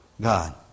God